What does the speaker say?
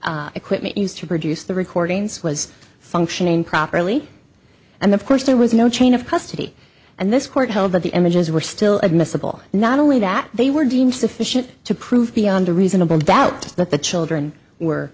the equipment used to produce the recordings was functioning properly and of course there was no chain of custody and this court held that the images were still admissible not only that they were deemed sufficient to prove beyond a reasonable doubt that the children were